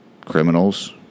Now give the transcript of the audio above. criminals